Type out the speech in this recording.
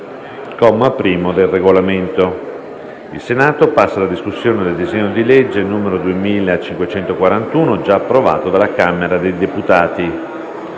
il seguito della discussione del disegno di legge n. 2541, già approvato dalla Camera dei deputati